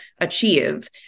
achieve